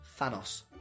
Thanos